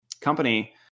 company